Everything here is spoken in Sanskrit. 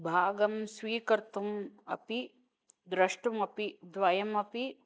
भागं स्वीकर्तुम् अपि द्रष्टुमपि द्वयमपि